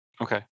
Okay